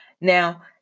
Now